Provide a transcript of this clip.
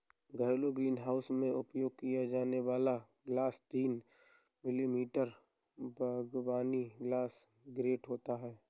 घरेलू ग्रीनहाउस में उपयोग किया जाने वाला ग्लास तीन मिमी बागवानी ग्लास ग्रेड होता है